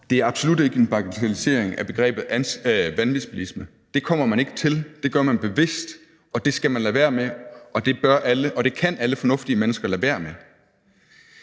Det er absolut ikke en bagatellisering af begrebet vanvidsbilisme. Det kommer man ikke til, det gør man bevidst, og det skal man lade være med, og det kan alle fornuftige mennesker lade være med.